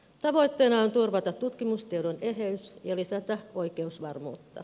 tavoitteena on turvata tutkimustiedon eheys ja lisätä oikeusvarmuutta